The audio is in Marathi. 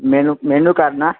मेनू मेनू कार्ड ना